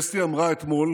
אסתי אמרה אתמול